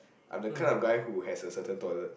I'm the guy who has a certain toilet